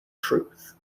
truth